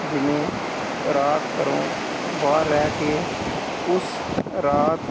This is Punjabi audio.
ਜਿਵੇਂ ਰਾਤ ਘਰੋਂ ਬਾਹਰ ਰਹਿ ਕੇ ਉਸ ਰਾਤ